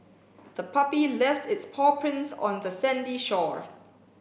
the puppy left its paw prints on the sandy shore